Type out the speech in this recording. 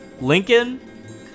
Lincoln